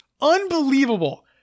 Unbelievable